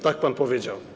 Tak pan powiedział.